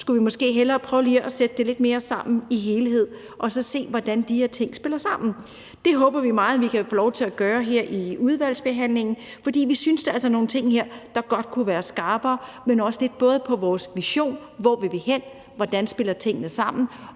skulle vi måske hellere prøve at sætte det lidt mere sammen i en helhed og så se, hvordan de her ting spiller sammen. Det håber vi meget at vi kan få lov til at gøre her i udvalgsbehandlingen, for vi synes altså, der er nogle ting her, der godt kunne være skarpere, også i forhold til vores vision: Hvor vil vi hen? Hvordan spiller tingene sammen?